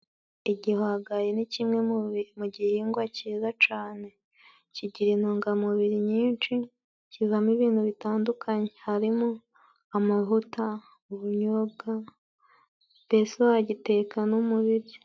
Igihwagari ni kimwe mu bi, mu gihingwa cyiza cane, kigira intungamubiri nyinshi. Kivamo ibintu bitandukanye harimo: amavuta, ubunyobwa, mbese wagiteka no mu biryo.